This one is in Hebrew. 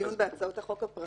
לדיון בהצעות החוק הפרטיות.